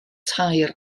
tair